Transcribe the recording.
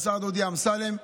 לשר דודי אמסלם.